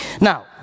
Now